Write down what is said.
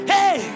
Hey